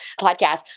podcast